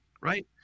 Right